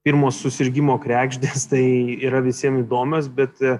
pirmos susirgimo kregždės tai yra visiem įdomios bet